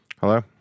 Hello